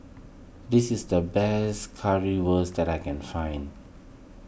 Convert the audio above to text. this is the best Currywurst that I can find